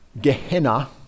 Gehenna